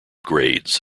grades